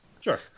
Sure